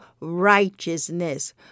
righteousness